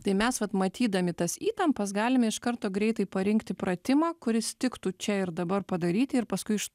tai mes vat matydami tas įtampas galime iš karto greitai parinkti pratimą kuris tiktų čia ir dabar padaryti ir paskui iš t